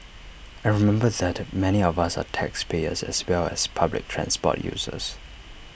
and remember that many of us are taxpayers as well as public transport users